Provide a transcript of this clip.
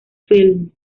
films